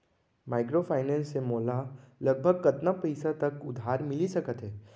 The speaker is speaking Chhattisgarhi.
माइक्रोफाइनेंस से मोला लगभग कतना पइसा तक उधार मिलिस सकत हे?